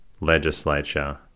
legislature